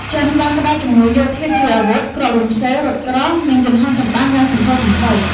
ចិនបានផ្ដល់ជំនួយយោធាជាអាវុធ គ្រាប់រំសេវ រថក្រោះ និងយន្តហោះចម្បាំងយ៉ាងសន្ធោសន្ធៅ។